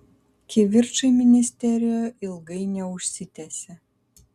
kivirčai ministerijoje ilgai neužsitęsė